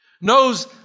Knows